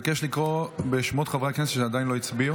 אבקש לקרוא בשמות חברי הכנסת שלא הצביעו.